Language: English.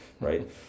right